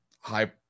high